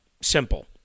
simple